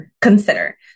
consider